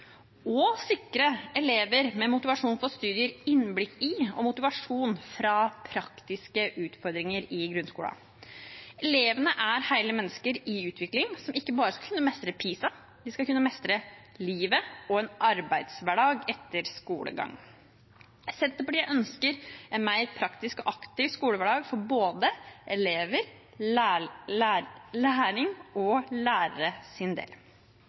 sikre elever med motivasjon for studier innblikk i og motivasjon fra praktiske utfordringer i grunnskolen. Elevene er hele mennesker i utvikling, som ikke bare skal kunne mestre PISA. De skal kunne mestre livet og en arbeidshverdag etter skolegang. Senterpartiet ønsker en mer praktisk og aktiv skolehverdag for både